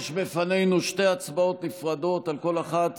יש לפנינו שתי הצבעות נפרדות, על כל אחת